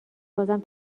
بازم